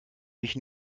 mich